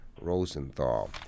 Rosenthal